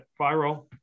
viral